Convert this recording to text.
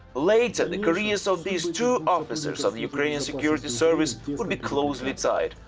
later the careers of these two officers of the ukrainian security service would be closely tied.